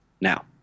Now